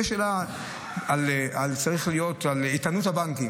לגבי איתנות הבנקים.